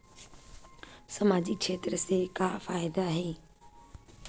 सामजिक क्षेत्र से का फ़ायदा हे?